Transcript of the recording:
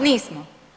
Nismo.